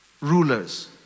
rulers